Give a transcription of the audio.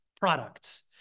products